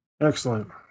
Excellent